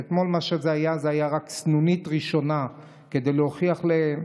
ומה שהיה אתמול היה רק סנונית ראשונה כדי להוכיח להם